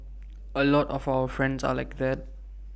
A lot of our friends are like that